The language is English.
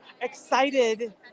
excited